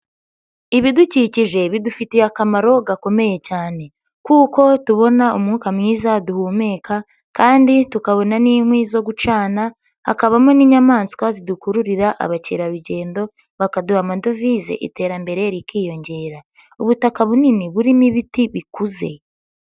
Ibidukikije bidufitiye akamaro gakomeye cyane kuko tubona umwuka mwiza duhumeka kandi tukabona n'inkwi zo gucana hakabamo n'inyamaswa zidukururira abakerarugendo bakaduha amadovize iterambere rikiyongera, ubutaka bunini burimo ibiti bikuze.